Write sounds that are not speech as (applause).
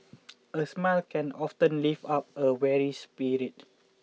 (noise) a smile can often lift up a weary spirit